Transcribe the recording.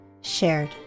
shared